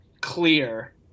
clear